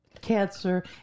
cancer